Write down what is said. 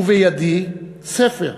ובידי ספר,